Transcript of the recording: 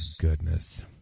goodness